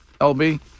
LB